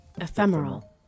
Ephemeral